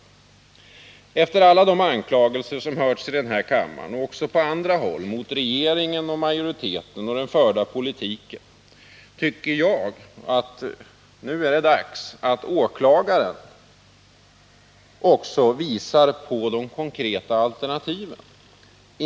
Efter alla de anklagelser som hörts i denna kammare och även på andra håll mot regeringen, majoriteten och den förda politiken tycker jag nu att det är dags för ”åklagaren” att visa på de konkreta alternativen.